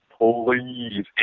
please